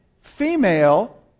female